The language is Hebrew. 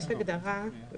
יש הגדרה.